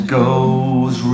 goes